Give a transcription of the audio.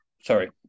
Sorry